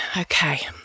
okay